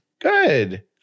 Good